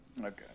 Okay